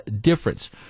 difference